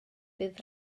bydd